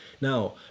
Now